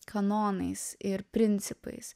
kanonais ir principais